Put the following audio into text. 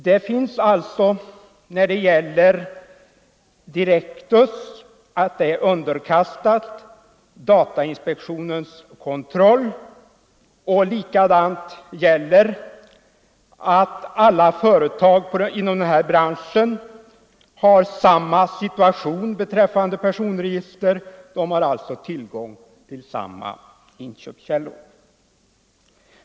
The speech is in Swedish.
Direktus är alltså underkastat datainspektionens kontroll. Alla företag inom den här branschen har samma situation beträffande personregister. De har alltså tillgång till samma inköpskällor.